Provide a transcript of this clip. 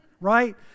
right